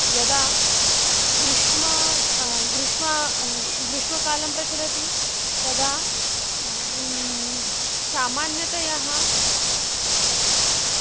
यदा ग्रीष्मः ग्रीष्मः ग्रीष्मकालः प्रचलति तदा सामान्यतया